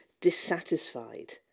dissatisfied